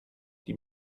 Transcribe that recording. die